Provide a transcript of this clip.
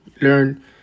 learn